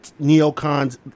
neocons